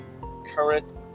current